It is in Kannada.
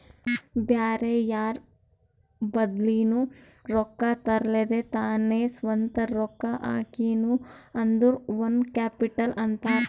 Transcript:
ಬ್ಯಾರೆ ಯಾರ್ ಬಲಿಂದ್ನು ರೊಕ್ಕಾ ತರ್ಲಾರ್ದೆ ತಾನೇ ಸ್ವಂತ ರೊಕ್ಕಾ ಹಾಕಿನು ಅಂದುರ್ ಓನ್ ಕ್ಯಾಪಿಟಲ್ ಅಂತಾರ್